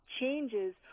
changes